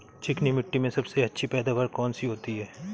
चिकनी मिट्टी में सबसे अच्छी पैदावार कौन सी होती हैं?